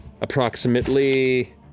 approximately